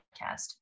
podcast